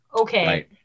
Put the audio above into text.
Okay